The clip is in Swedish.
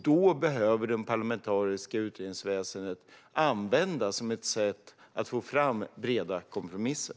Då behöver det parlamentariska utredningsväsendet användas som ett sätt att få fram breda kompromisser.